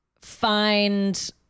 find